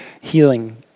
healing